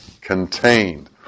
contained